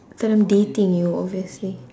that I'm dating you obviously